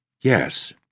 Yes